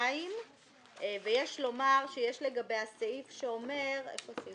52. סעיף 97 בתוספת, עמ' 49, קובע כך: "השר,